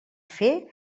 fer